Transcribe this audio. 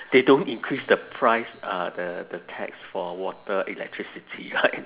they don't increase the price uh the the tax for water electricity